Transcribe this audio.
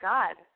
God